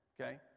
okay